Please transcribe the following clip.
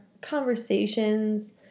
conversations